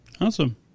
Awesome